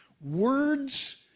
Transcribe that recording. Words